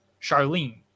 Charlene